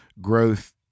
growth